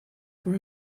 for